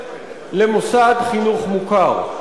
למוסד חינוך מוכר.